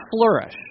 flourish